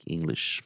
English